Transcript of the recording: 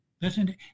Listen